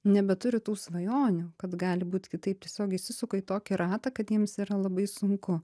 nebeturi tų svajonių kad gali būt kitaip tiesiog įsisuka į tokį ratą kad jiems yra labai sunku